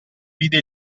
vide